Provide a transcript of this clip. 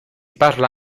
parla